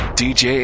dj